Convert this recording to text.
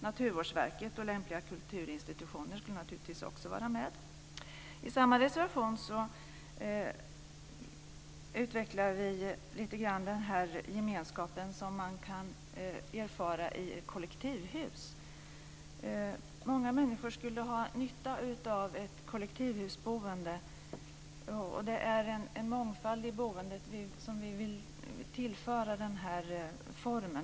Naturvårdsverket och lämpliga kulturinstitutioner skulle naturligtvis också vara med. I samma reservation utvecklar vi lite grann den gemenskap som man kan erfara av i ett kollektivhus. Många människor skulle ha nytta av ett kollektivhusboende. Det är en mångfald i boendet som vi vill tillföra denna form.